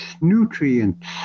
nutrients